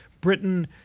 Britain